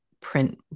print